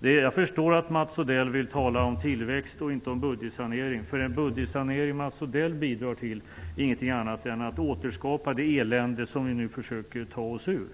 Jag förstår att Mats Odell vill tala om tillväxt och inte om budgetsanering, för den budgetsanering Mats Odell bidrar till är ingenting annat än ett återskapande av det elände som vi nu försöker ta oss ur.